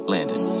Landon